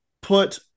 put